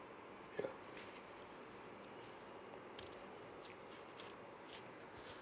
ya